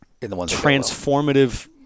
transformative